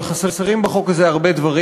אבל חסרים בחוק הזה הרבה דברים.